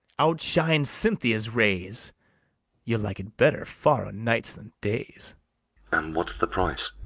outshines cynthia's rays you'll like it better far o' nights than days and what's the price?